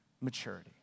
maturity